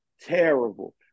terrible